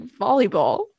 volleyball